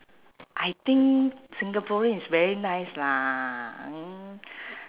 I think singaporean is very nice lah hmm